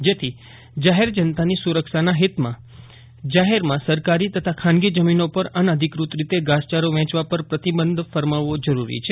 જેથી જાહેર જનતાની સુરક્ષાના હિતમાં જાહેરમાં સરકારી તથા ખાનગી જમીનો પર અનઅધિકૃત રીતે ધાસયારો વેંચવા પર પ્રતિબંધ ફરમાવવો જરૂરી છે